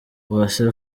uwase